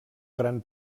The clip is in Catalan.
gran